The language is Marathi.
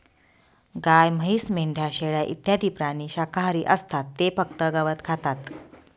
गाय, म्हैस, मेंढ्या, शेळ्या इत्यादी प्राणी शाकाहारी असतात ते फक्त गवत खातात